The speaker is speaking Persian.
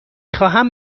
خواهم